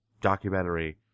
documentary